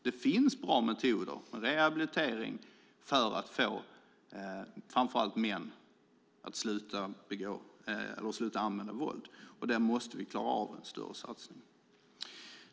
Det finns bra metoder med rehabilitering för att få framför allt män att sluta använda våld. Där måste vi klara av en större satsning.